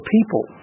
People